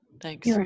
Thanks